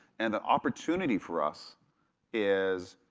and the opportunity for us is,